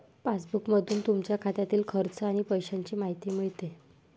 पासबुकमधून तुमच्या खात्यातील खर्च आणि पैशांची माहिती मिळते